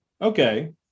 okay